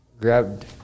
grabbed